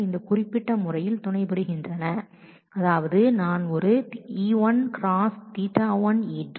இந்த குறிப்பிட்ட முறையில் ஜாயின் ஆபரேஷன் அசோசியேட்டிவ்